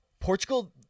Portugal